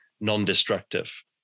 non-destructive